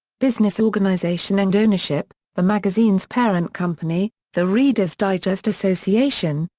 business organization and ownership the magazine's parent company, the reader's digest association,